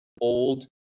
old